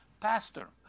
pastor